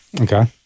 okay